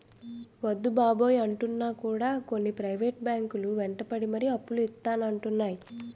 వద్దు బాబోయ్ అంటున్నా కూడా కొన్ని ప్రైవేట్ బ్యాంకు లు వెంటపడి మరీ అప్పులు ఇత్తానంటున్నాయి